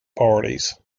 parties